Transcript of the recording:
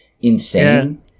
insane